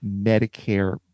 Medicare